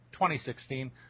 2016